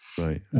Right